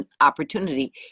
opportunity